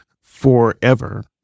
forever